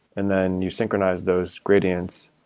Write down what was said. and then you synchronize those gradients,